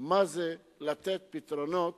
מה זה לתת פתרונות